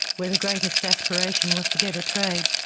where the greatest aspiration was to get a trade,